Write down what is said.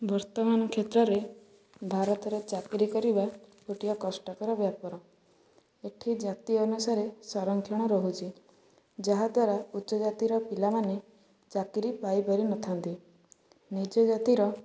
ବର୍ତ୍ତମାନ କ୍ଷେତ୍ରରେ ଭାରତରେ ଚାକିରୀ କରିବା ଗୋଟିଏ କଷ୍ଟକର ବେପାର ଏଇଠି ଜାତି ଅନୁସାରେ ସରଂକ୍ଷଣ ରହୁଛି ଯାହାଦ୍ୱାରା ଉଚ୍ଚ ଜାତିର ପିଲାମାନେ ଚାକିରୀ ପାଇପାରିନଥାନ୍ତି ନୀଚ ଜାତିର